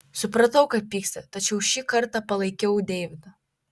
supratau kad pyksta tačiau šį kartą palaikiau deividą